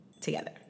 together